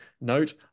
note